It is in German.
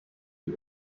die